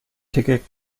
ticket